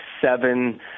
seven